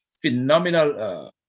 phenomenal